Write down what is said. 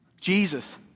Jesus